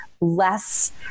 less